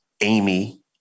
Amy